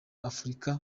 afurika